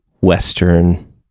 Western